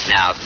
Now